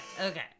okay